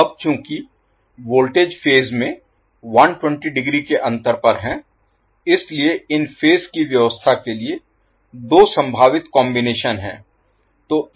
तो अब चूंकि वोल्टेज फेज में 120 डिग्री के अंतर पर हैं इसलिए इन फेज की व्यवस्था के लिए दो संभावित कॉम्बिनेशन हैं